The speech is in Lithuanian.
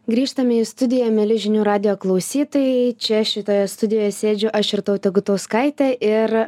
grįžtame į studiją mieli žinių radijo klausytojai čia šitoje studijoje sėdžiu aš irtautė gutauskaitė ir